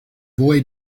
boy